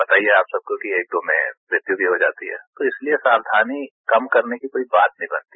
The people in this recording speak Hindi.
पता ही है आप सबको कि एक दो में मृत्यू भी हो जाती है तो इसलिए सावधानी कम करने की कोई बात नहीं बनती